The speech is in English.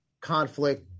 conflict